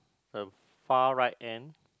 the far right end